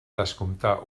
descomptar